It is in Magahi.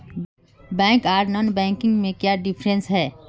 बैंक आर नॉन बैंकिंग में क्याँ डिफरेंस है?